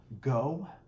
go